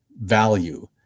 value